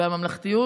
והממלכתיות,